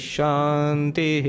Shanti